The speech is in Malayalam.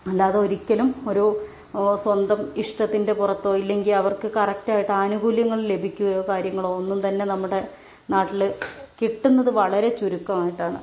അല്ലാതെ ഒരിക്കലും ഒരു സ്വന്തം ഇഷ്ടത്തിൻ്റെ പുറത്തോ ഇല്ലെങ്കിൽ അവർക്ക് കറക്ട് ആയിട്ട് ആനുകൂല്യങ്ങൾ ലഭിക്കുകയോ കാര്യങ്ങളോ ഒന്നുംതന്നെ നമ്മുടെ നാട്ടിൽ കിട്ടുന്നത് വളരെ ചുരുക്കമായിട്ടാണ്